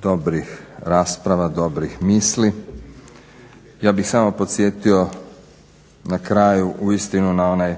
dobrih rasprava, dobrih misli. Ja bih samo podsjetio na kraju uistinu na onaj